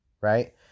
right